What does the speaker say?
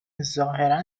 ظاهرا